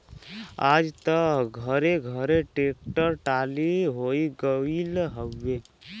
आज त घरे घरे ट्रेक्टर टाली होई गईल हउवे